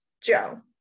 Joe